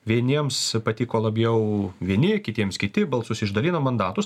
vieniems patiko labiau vieni kitiems kiti balsus išdalino mandatus